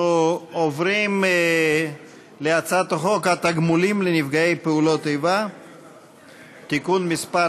אנחנו עוברים להצעת חוק התגמולים לנפגעי פעולות איבה (תיקון מס'